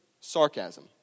sarcasm